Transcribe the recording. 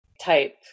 type